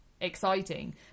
exciting